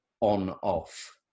on-off